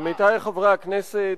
עמיתי חברי הכנסת,